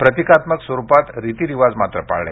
प्रतिकात्मक स्वरुपात रीतिरिवाज मात्र पाळले